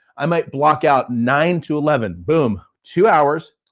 i might block out nine to eleven, boom. two hours,